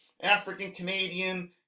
African-Canadian